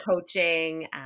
coaching